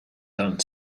done